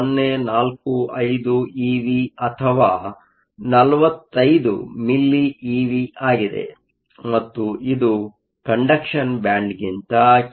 045 eV ಅಥವಾ 45 milli eV ಆಗಿದೆ ಮತ್ತು ಇದು ಕಂಡಕ್ಷನ್ ಬ್ಯಾಂಡ್ಗಿಂತ ಕೆಳಗಿದೆ